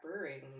brewing